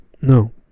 no